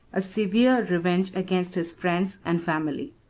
a severe revenge against his friends and family.